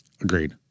Agreed